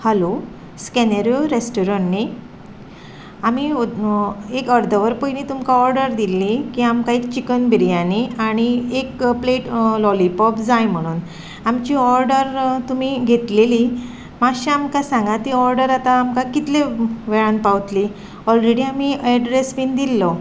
hello स्कॅनेरो restaurant न्ही आमी एक अर्द वर पयलीं तुमकां ऑर्डर दिल्ली की आमकां एक चिकन बिर्याणी आनी एक प्लेट लॉलीपॉप जाय म्हणोन आमची ऑर्डर तुमी घेतलेली मातशें आमकां सांगा ती ऑर्डर आतां आमकां कितले वेळान पावतली ऑलरेडी आमी एड्रेस बीन दिल्लो